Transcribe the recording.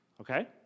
okay